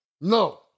No